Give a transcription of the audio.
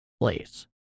place